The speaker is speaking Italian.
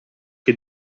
che